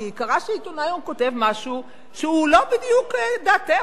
כי קרה שעיתונאי היום כותב משהו שהוא לא בדיוק דעתך.